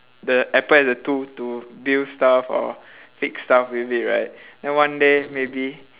the apple as a tool to build stuff or fix stuff with it right then one day maybe